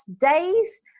days